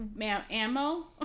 ammo